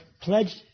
pledged